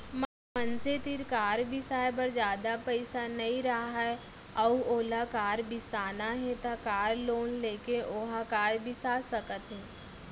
मनसे तीर कार बिसाए बर जादा पइसा नइ राहय अउ ओला कार बिसाना हे त कार लोन लेके ओहा कार बिसा सकत हे